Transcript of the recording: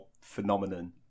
phenomenon